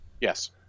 Yes